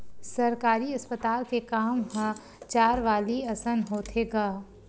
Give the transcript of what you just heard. सरकारी अस्पताल के काम ह चारवाली असन होथे गा